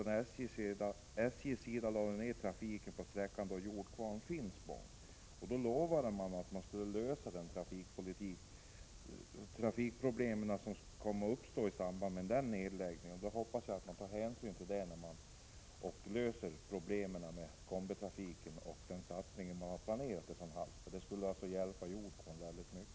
När SJ lade ner trafiken på sträckan Jordkvarn-Finspång lovade man att lösa de trafikproblem som uppstod i samband med nedläggningen. Jag hoppas att man tar hänsyn till detta och sätter i gång den satsning som planerats för kombitrafik i Hallsberg. Det skulle också hjälpa Jordkvarn mycket.